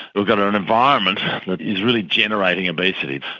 we've got an an environment that is really generating obesity.